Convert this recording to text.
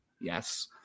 Yes